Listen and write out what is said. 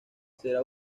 será